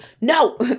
No